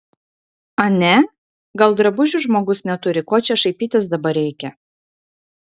ane gal drabužių žmogus neturi ko čia šaipytis dabar reikia